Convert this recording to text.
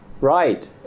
Right